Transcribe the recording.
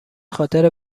خاطر